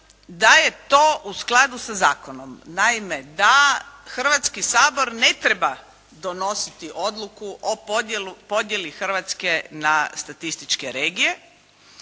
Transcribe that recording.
da je to u skladu sa zakonom. Naime da Hrvatski sabor ne treba donositi odluku o podjeli Hrvatske na statističke regije.